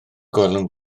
gwelwn